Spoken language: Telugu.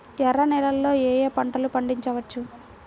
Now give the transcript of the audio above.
ఎర్ర నేలలలో ఏయే పంటలు పండించవచ్చు?